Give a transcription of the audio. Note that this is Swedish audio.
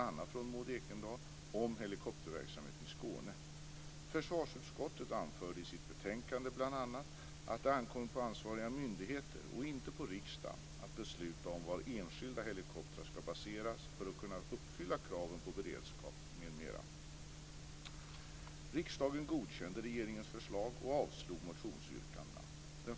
1997/98:FöU1, s. 70) bl.a. att det ankommer på ansvariga myndigheter och inte på riksdagen att besluta om var enskilda helikoptrar skall baseras för att kunna uppfylla kraven på beredskap m.m. Riksdagen godkände regeringens förslag och avslog motionsyrkandena.